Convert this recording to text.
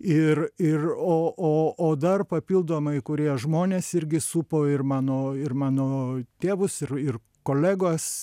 ir ir o o o dar papildomai kurie žmonės irgi supo ir mano ir mano tėvus ir ir kolegos